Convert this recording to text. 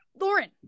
Lauren